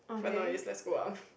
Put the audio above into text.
but no it's let's go up